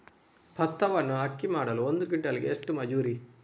ಭತ್ತವನ್ನು ಅಕ್ಕಿ ಮಾಡಲು ಒಂದು ಕ್ವಿಂಟಾಲಿಗೆ ಎಷ್ಟು ಮಜೂರಿ?